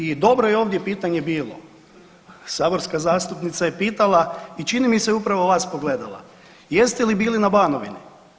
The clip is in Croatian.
I dobro je ovdje pitanje bilo, saborska zastupnica je pitala i čini mi se upravo vas pogledala, jeste li bili na Banovini.